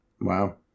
Wow